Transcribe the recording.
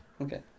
Okay